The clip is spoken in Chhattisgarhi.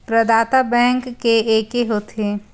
प्रदाता बैंक के एके होथे?